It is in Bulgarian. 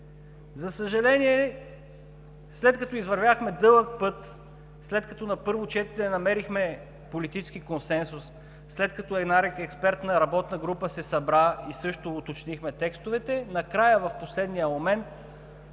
За съжаление, след като извървяхме дълъг път, след като на първо четене намерихме политически консенсус, след като една експертна работна група се събра и уточнихме текстовете, накрая, в последния момент,